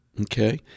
Okay